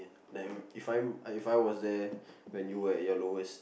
then if I'm if I was there when you were at your lowest